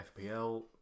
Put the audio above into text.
FPL